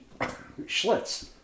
Schlitz